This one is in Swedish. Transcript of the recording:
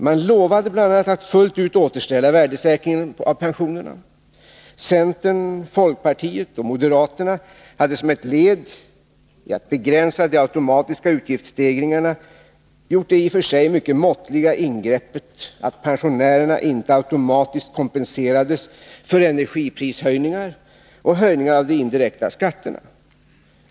Man lovade bl.a. att fullt ut återställa värdesäkringen av pensionerna. Centern, folkpartiet och moderaterna hade som ett led i att begränsa de automatiska utgiftsstegringarna gjort det i och för sig mycket måttliga ingreppet att pensionärerna inte automatiskt kompenserades för energiprishöjningar och höjningar av de indirekta skatterna.